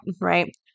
Right